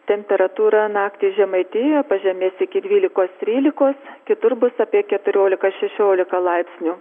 temperatūra naktį žemaitijoje pažemės iki dvylikos trylikos kitur bus apie keturiolika šešiolika laipsnių